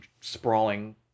sprawling